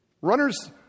Runners